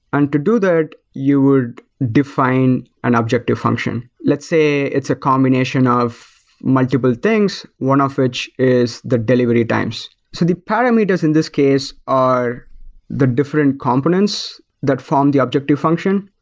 and to do that you would define an objective function. let's say it's a combination of multiple things, one of of which is the delivery times. so the parameters in this case are the different components that form the objective function.